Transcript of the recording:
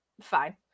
fine